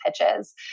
pitches